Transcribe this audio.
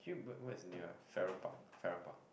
actually what what is near ah Farrer-Park Farrer-Park